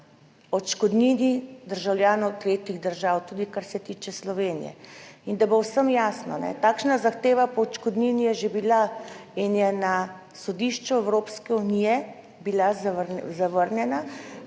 Odškodnini državljanov tretjih držav, tudi kar se tiče Slovenije. In da bo vsem jasno, takšna zahteva po odškodnini je že bila in je na sodišču Evropske unije bila zavrnjena,